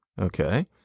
okay